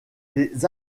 les